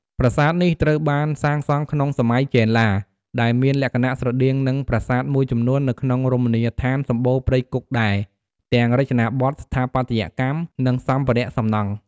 ប្រាសាទនេះត្រូវបានសាងសង់ក្នុងសម័យចេនឡា ដែលមានលក្ខណៈស្រដៀងនឹងប្រាសាទមួយចំនួននៅក្នុងរមណីយដ្ឋានសំបូរព្រៃគុកដែរ ទាំងរចនាបថស្ថាបត្យកម្មនិងសម្ភារៈសំណង់។